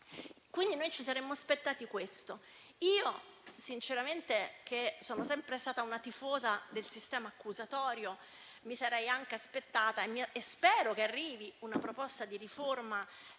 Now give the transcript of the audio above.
quindi, aspettati questo. Sinceramente, essendo sempre stata una tifosa del sistema accusatorio, mi sarei anche aspettata - e spero che arrivi - una proposta di riforma